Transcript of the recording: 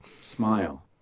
Smile